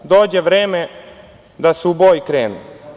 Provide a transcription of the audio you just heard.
Dođe vreme da se u boj krene“